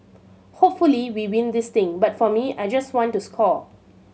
hopefully we win this thing but for me I just want to score